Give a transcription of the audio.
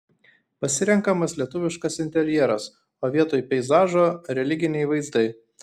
pasirenkamas lietuviškas interjeras o vietoj peizažo religiniai vaizdai